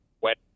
wet